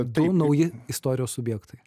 du nauji istorijos subjektai